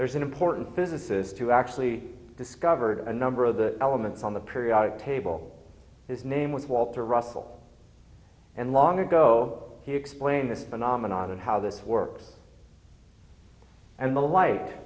there's an important businesses to actually discovered a number of the elements on the periodic table his name with walter russell and long ago he explained this phenomenon and how this works and the light